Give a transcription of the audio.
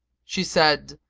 she said,